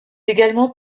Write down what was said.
également